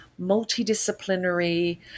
multidisciplinary